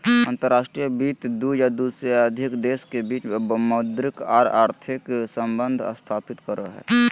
अंतर्राष्ट्रीय वित्त दू या दू से अधिक देश के बीच मौद्रिक आर आर्थिक सम्बंध स्थापित करो हय